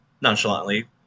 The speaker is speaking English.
nonchalantly